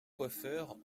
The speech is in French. coiffeurs